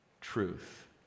truth